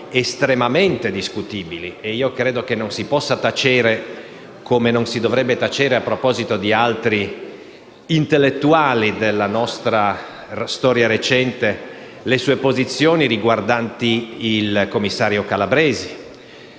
estremamente discutibili. Credo che non si possano tacere - come non si dovrebbero tacere a proposito di altri intellettuali della nostra storia recente - le sue posizioni riguardanti il commissario Calabresi,